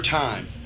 time